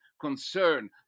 concern